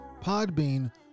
Podbean